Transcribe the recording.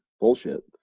bullshit